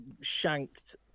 shanked